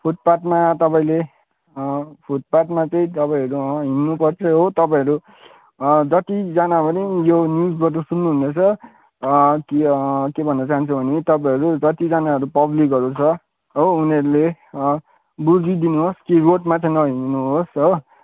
फुटपाथमा तपाईँले फुटपाथमा चाहिँ तपाईँहरू हिँड्नु पर्छ हो तपाईँहरू जतिजना पनि यो न्युजबाट सन्नु हुँदैछ के के भन्नु चाहन्छु भने तपाईँहरू जतिजनाहरू पब्लिकहरू छ हो उनीहरूले बुझिदिनुहोस् कि रोडमा चाहिँ नहिँडिदिनुहोस्